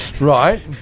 Right